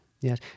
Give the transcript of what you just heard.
Yes